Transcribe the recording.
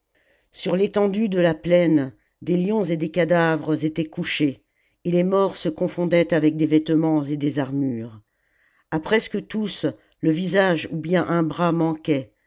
sur l'étendue de la plaine des lions et des cadavres étalent couchés et les morts se confondaient avec des vêtements et des armures a presque tous le visage ou bien un bras manquait